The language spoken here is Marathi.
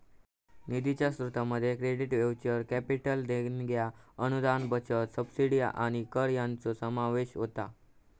निधीच्या स्रोतांमध्ये क्रेडिट्स, व्हेंचर कॅपिटल देणग्या, अनुदान, बचत, सबसिडी आणि कर हयांचो समावेश होता